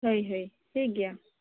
ᱦᱳᱭ ᱦᱳᱭ ᱴᱷᱤᱠ ᱜᱮᱭᱟ